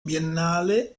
biennale